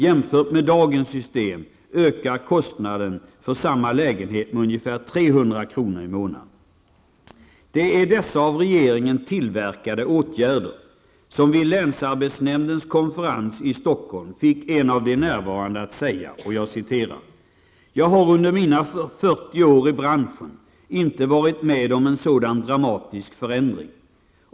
Jämfört med dagens system ökar kostnaden för samma lägenhet med ungefär Det är dessa av regeringens åtgärder som vid länsarbetsnämndens konferens Stockholm fick en av de närvarande att säga: ''Jag har under mina 40 år i branschen inte varit med om en sådan dramatisk förändring.